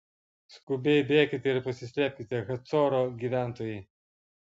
skubiai bėkite ir pasislėpkite hacoro gyventojai